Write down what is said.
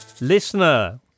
Listener